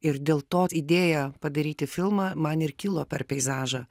ir dėl to idėja padaryti filmą man ir kilo per peizažą